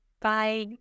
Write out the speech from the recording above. bye